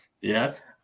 Yes